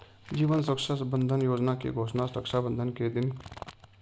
जीवन सुरक्षा बंधन योजना की घोषणा रक्षाबंधन के दिन की गई